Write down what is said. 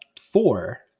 four